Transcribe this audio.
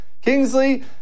kingsley